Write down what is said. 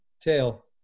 tail